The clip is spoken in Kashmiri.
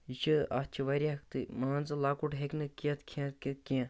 یہِ چھُ اَتھ چھِ واریاہ تہِ مان ژٕ لۄکُٹ ہیٚکہِ نہٕ کھٮ۪تھ کھٮ۪تھ کہ کینٛہہ